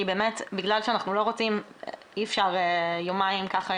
אי אפשר יומיים ככה,